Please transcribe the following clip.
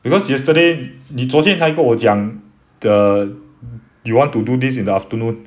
because yesterday 你昨天才跟我讲的 you want to do this in the afternoon